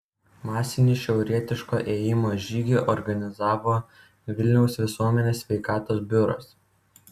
masinį šiaurietiško ėjimo žygį organizavo vilniaus visuomenės sveikatos biuras